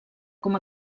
com